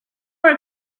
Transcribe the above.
were